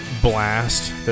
blast